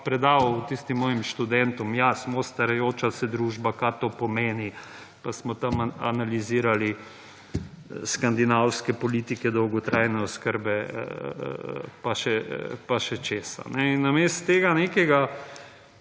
predaval tistim mojim študentom, ja, smo starajoča se družba - kaj to pomeni - pa smo tam analizirali skandinavske politike dolgotrajne oskrbe pa še česa. Namesto tega nekega